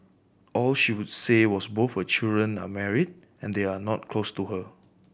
all she would say was both her children are married and they are not close to her